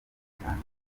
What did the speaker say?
cyane